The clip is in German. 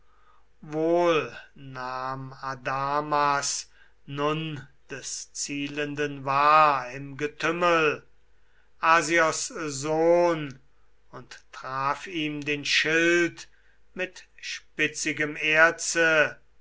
wohl nahm adamas nun des zielenden wahr im getümmel asios sohn und traf ihm den schild mit spitzigem